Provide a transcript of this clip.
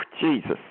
Jesus